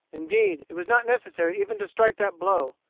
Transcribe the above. indeed, it was not necessary even to strike that blow.